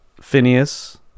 Phineas